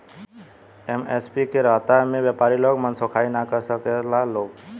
MSP के रहता में व्यपारी लोग मनसोखइ ना कर सकेला लोग